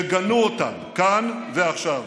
תגנו אותן כאן ועכשיו.